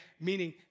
Meaning